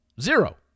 Zero